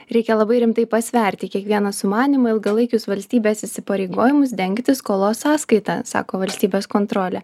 reikia labai rimtai pasverti kiekvieną sumanymą ilgalaikius valstybės įsipareigojimus dengti skolos sąskaita sako valstybės kontrolė